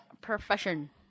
profession